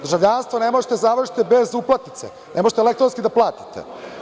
Državljanstvo ne možete da završite bez uplatnice, ne možete elektronski da platite.